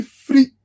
free